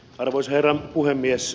arvoisa herra puhemies